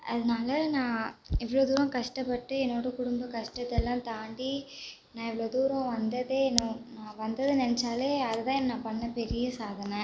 அதனால நான் இவ்வளோ தூரம் கஷ்டப்பட்டு என்னோடய குடும்ப கஷ்டத்தல்லாம் தாண்டி நான் இவ்வளோ தூரம் வந்ததே நோ நான் வந்ததை நினச்சாலே அதுதான் நான் பண்ண பெரிய சாதனை